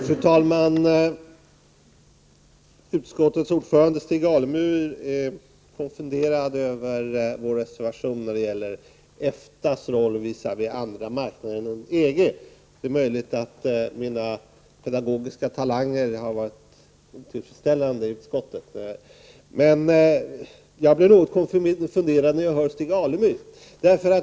Fru talman! Utskottets ordförande Stig Alemyr är konfunderad över centerreservationen när det gäller EFTA:s roll visavi andra marknader inom EG. Det är möjligt att mina pedagogiska talanger i utskottet har varit otillfredsställande. Men jag blir något konfunderad när jag hör Stig Alemyr.